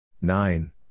nine